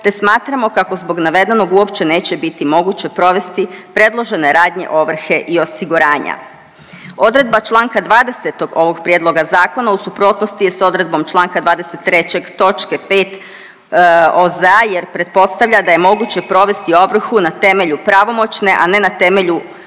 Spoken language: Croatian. te smatramo kako zbog navedenog uopće neće biti moguće provesti predložene radnje ovrhe i osiguranja. Odredba Članka 20. ovog prijedloga zakona u suprotnosti je sa odredbom Članka 23. točke 5. OZ-a jer pretpostavlja da je moguće provesti ovrhu na temelju pravomoćne, a ne na temelju ovršne